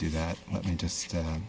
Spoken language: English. do that let me just a